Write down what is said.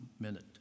minute